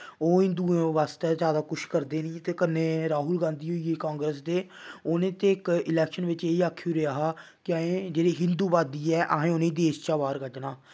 ओह् हिन्दुएं बास्तै जादा कुछ करदे निं ते कन्नै राहुल गांधी होई गे कांग्रेस दे उ'नें ते इक इलैक्शन बिच्च एह् आक्खी ओड़ेआ हा कि असें जेह्ड़े हिन्दुबादी ऐ असें उ'नेंई देश च बाह्र कड्ढना